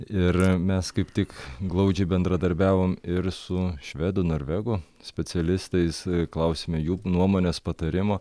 ir mes kaip tik glaudžiai bendradarbiavom ir su švedų norvegų specialistais klausėme jų nuomonės patarimo